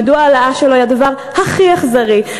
מדוע העלאה שלו היא הדבר הכי אכזרי,